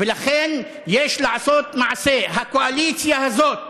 ולכן, יש לעשות מעשה, הקואליציה הזאת,